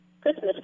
Christmas